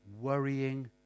worrying